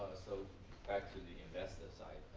so back to the investment side,